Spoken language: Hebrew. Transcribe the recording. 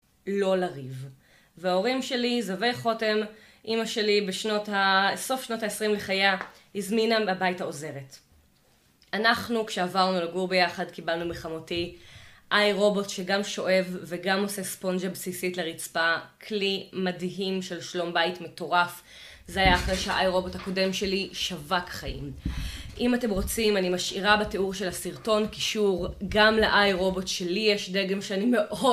לא לריב. וההורים שלי, זווי חותם, אימא שלי, בסוף שנות ה-20 לחייה, הזמינה בביתה עוזרת. אנחנו, כשעברנו לגור ביחד, קיבלנו מחמותי איי רובוט שגם שואב וגם עושה ספונג'ה בסיסית לרצפה. כלי מדהים של שלום בית מטורף. זה היה אחרי שהאיי רובוט הקודם שלי שווק חיים. אם אתם רוצים, אני משאירה בתיאור של הסרטון קישור גם לאיי רובוט שלי. יש דגם שאני מאוד